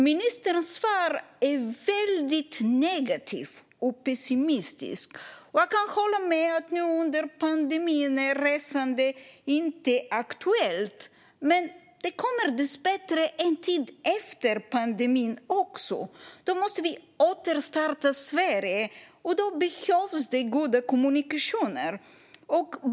Ministerns svar är väldigt negativt och pessimistiskt. Jag kan hålla med om att nu under pandemin är resande inte aktuellt. Men det kommer dessbättre en tid efter pandemin också. Då måste vi återstarta Sverige, och då behövs goda kommunikationer.